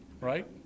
right